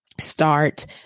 start